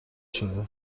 شده